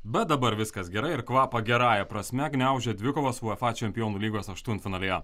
bet dabar viskas gerai ir kvapą gerąja prasme gniaužia dvikovos uefa čempionų lygos aštuntfinalyje